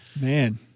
Man